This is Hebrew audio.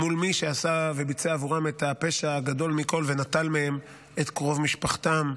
מול מי שעשה וביצע עבורם את הפשע הגדול מכול ונטל מהם את קרוב משפחתם,